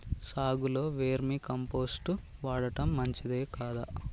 సాగులో vermicompost వాడటం మంచిదే కదా?